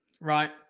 right